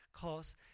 Cause